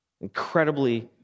Incredibly